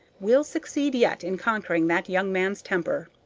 we'll succeed yet in conquering that young man's temper.